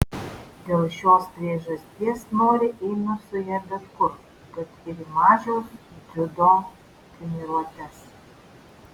dėl šios priežasties noriai einu su ja bet kur kad ir į mažiaus dziudo treniruotes